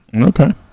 Okay